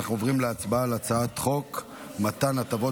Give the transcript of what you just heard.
אנחנו עוברים להצבעה על הצעת חוק מתן הטבות